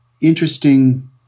interesting